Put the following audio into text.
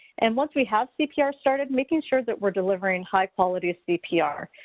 and once we have cpr started, making sure that we are delivering high-quality cpr.